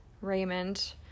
Raymond